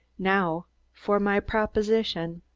now for my proposition.